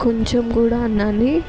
కొంచెం కూడా అన్నాన్ని